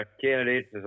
candidates